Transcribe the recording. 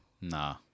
Nah